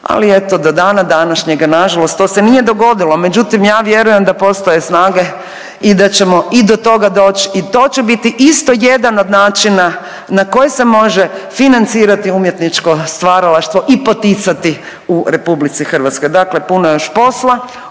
ali eto do dana današnjega to se nije dogodilo. Međutim, ja vjerujem da postoje snage i da ćemo i do toga doći i to će biti isto jedan od načina na koji se može financirati umjetničko stvaralaštvo i poticati u RH. Dakle, puno je još posla